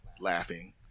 laughing